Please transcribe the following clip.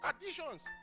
Additions